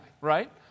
right